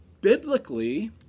biblically